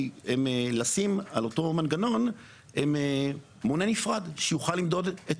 היא לשים על אותו מנגנון מונה נפרד שיוכל למדוד את